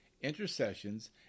intercessions